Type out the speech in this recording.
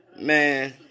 Man